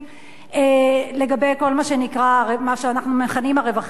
לגבי כל מה שאנחנו מכנים הרווחים הכלואים.